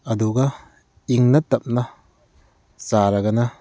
ꯑꯗꯨꯒ ꯏꯪꯅ ꯇꯞꯅ ꯆꯥꯔꯒꯅ